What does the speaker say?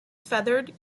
feathered